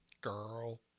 Girl